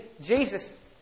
Jesus